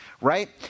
right